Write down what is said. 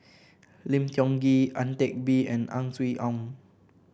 Lim Tiong Ghee Ang Teck Bee and Ang Swee Aun